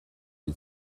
die